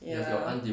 ya